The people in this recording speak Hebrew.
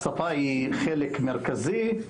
השפה היא חלק מרכזי,